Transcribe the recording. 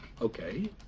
okay